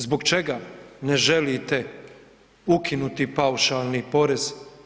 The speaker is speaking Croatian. Zbog čega ne želite ukinuti paušalni porez?